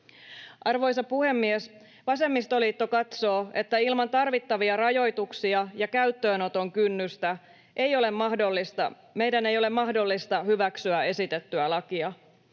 Arvoisa puhemies! Vasemmistoliitto katsoo, että ilman tarvittavia rajoituksia ja käyttöönoton kynnystä meidän ei ole mahdollista hyväksyä esitettyä lakia.